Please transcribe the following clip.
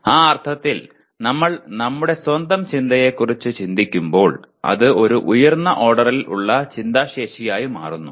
ആ അർത്ഥത്തിൽ നമ്മൾ നമ്മുടെ സ്വന്തം ചിന്തയെക്കുറിച്ച് ചിന്തിക്കുമ്പോൾ അത് ഒരു ഉയർന്ന ഓർഡറിൽ ഉള്ള ചിന്താശേഷിയായി മാറുന്നു